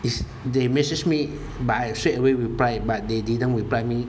is they message me but I straight away reply but they didn't reply me